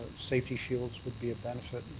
safety shields would be of benefit.